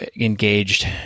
engaged